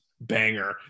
banger